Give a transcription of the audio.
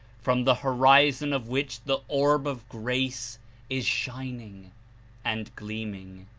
from the horizon of which the orb of grace is shining and gleaming!